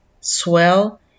swell